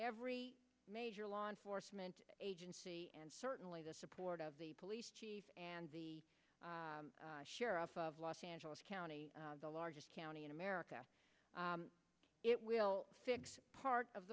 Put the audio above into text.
every major law enforcement agency and certainly the support of the police chief and the sheriff of los angeles county the largest county in america it will fix part of